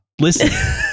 Listen